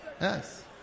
Yes